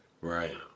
Right